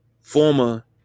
former